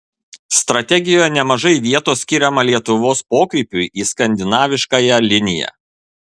strategijoje nemažai vietos skiriama lietuvos pokrypiui į skandinaviškąją liniją